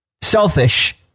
selfish